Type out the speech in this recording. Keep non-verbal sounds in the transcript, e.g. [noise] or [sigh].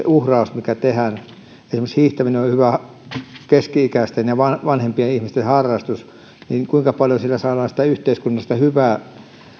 [unintelligible] uhrausta mikä tehdään esimerkiksi hiihtäminen on on hyvä keski ikäisten ja vanhempien ihmisten harrastus ja kuinka paljon siinä saadaan yhteiskunnallista hyvää